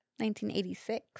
1986